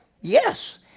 Yes